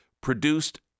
produced